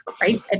Right